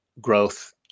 growth